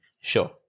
Sure